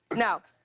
now,